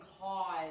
cause